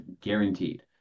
guaranteed